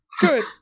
Good